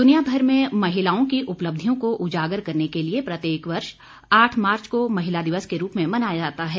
दुनिया भर में महिलाओं की उपलब्धियों को उजागर करने के लिए प्रत्येक वर्ष आठ मार्च को महिला दिवस के रूप में मनाया जाता है